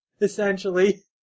essentially